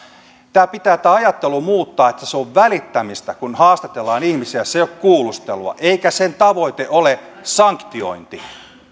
tämä ajattelu pitää muuttaa se on välittämistä kun haastatellaan ihmisiä se ei ole kuulustelua eikä sen tavoite ole sanktiointi